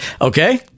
Okay